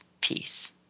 peace